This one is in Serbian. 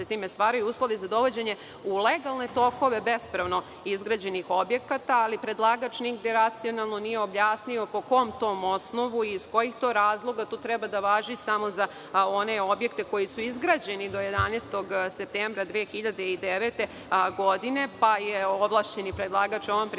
time stvaraju uslovi za dovođenje u legalne tokove bespravno izgrađenih objekata, ali predlagač nigde racionalno nije objasnio po kom to osnovu i iz kojih to razloga to treba da važi samo za one objekte koji su izgrađeni do 11. septembra 2009. godine, pa je ovlašćeni predlagač ovom prilikom